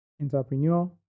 Entrepreneur